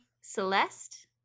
Celeste